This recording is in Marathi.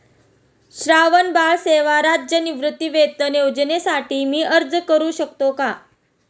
श्रावणबाळ सेवा राज्य निवृत्तीवेतन योजनेसाठी मी अर्ज करू शकतो का?